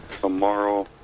tomorrow